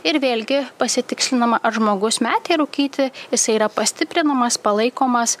ir vėlgi pasitikslinama ar žmogus metė rūkyti jisai yra pastiprinamas palaikomas